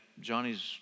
Johnny's